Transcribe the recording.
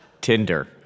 Tinder